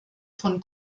von